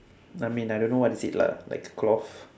I mean I don't know what is it lah like cloth